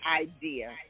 idea